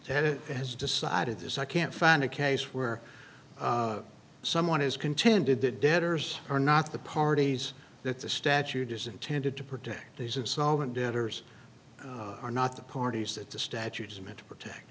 they had it has decided this i can't find a case where someone is contended that debtors are not the parties that the statute is intended to protect these of solvent debtors are not the parties that the statute is meant to protect